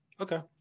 Okay